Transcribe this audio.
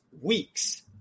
weeks